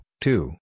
two